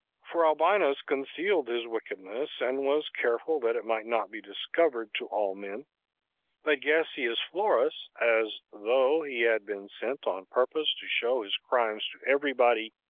for albinus concealed his wickedness, and was careful that it might not be discovered to all men but gessius florus, as though he had been sent on purpose to show his crimes to every body,